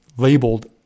labeled